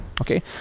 okay